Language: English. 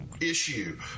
issue